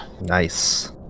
Nice